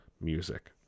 music